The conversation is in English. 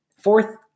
Fourth